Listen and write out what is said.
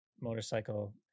motorcycle